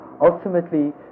Ultimately